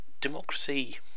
democracy